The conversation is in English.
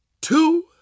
two